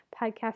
podcast